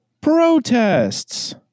protests